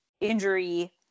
injury